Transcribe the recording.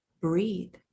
Breathe